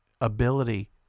ability